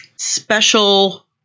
special